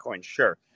sure